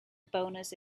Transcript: bonus